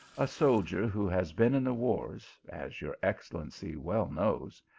a soldier who has been in the wars, as your excel lency well knows,